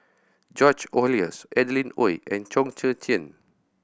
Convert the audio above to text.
George Oehlers Adeline Ooi and Chong Tze Chien